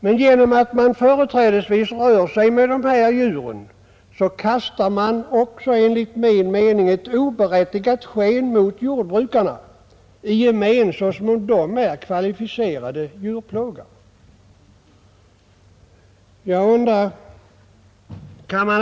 Men genom att man företrädesvis rör sig med dessa djur kastar man enligt min mening oberättigade misstankar på jordbrukarna i gemen, som om de vore kvalificerade djurplågare.